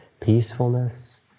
peacefulness